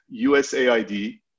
USAID